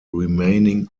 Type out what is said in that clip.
remaining